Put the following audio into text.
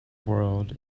world